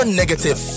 negative